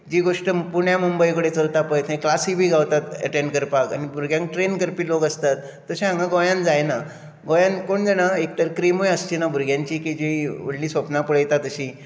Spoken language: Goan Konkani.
जी गोश्ट पुण्या मुंबय कडेन चलता पळय क्लासी बी गावतात अटेंड करपाक आनी भुरग्यांक ट्रेन करपी लोक आसतात तशें हांगा गोंयांत जायना गोंयांत कोण जाणा एकतर क्रिमूय आसची ना भुरग्यांची व्हडलीं सपनां पळयता तशीं